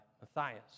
matthias